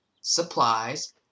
supplies